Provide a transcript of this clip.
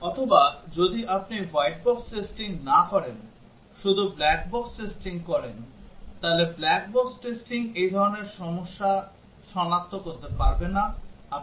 অথবা যদি আপনি হোয়াইট বক্স টেস্টিং না করেন শুধু ব্ল্যাক বক্স টেস্টিং করেন তাহলে ব্ল্যাক বক্স টেস্টিং এই ধরনের সমস্যা সনাক্ত করতে পারবে না আমাকে উদাহরণ দিতে হবে